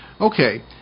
Okay